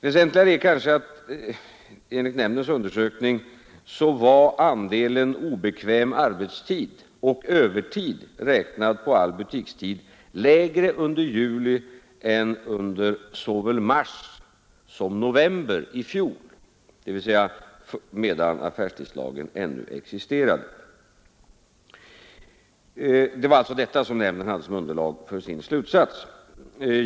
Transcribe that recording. Väsentligare är kanske att enligt nämndens undersökning andelen obekväm arbetstid och övertid, räknad på all butikstid, var lägre under juli än under såväl mars som november i fjol, dvs. medan affärstidslagen ännu existerade. Det var alltså detta nämnden hade som underlag för sin slutsats.